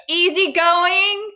easygoing